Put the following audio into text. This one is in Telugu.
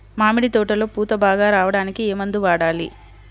మామిడి తోటలో పూత బాగా రావడానికి ఏ మందు వాడాలి?